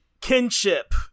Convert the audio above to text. kinship